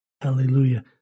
Hallelujah